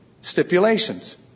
Stipulations